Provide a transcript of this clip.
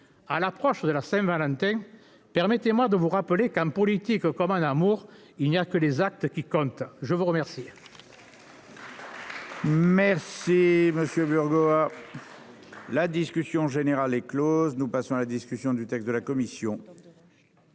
à l'approche de la Saint-Valentin, permettez-moi de vous rappeler qu'en politique, comme en amour, il n'y a que les actes qui comptent ! La discussion